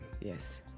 yes